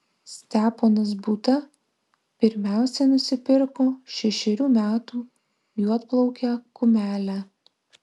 steponas būta pirmiausia nusipirko šešerių metų juodplaukę kumelę